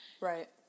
right